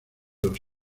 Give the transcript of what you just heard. los